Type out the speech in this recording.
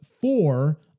four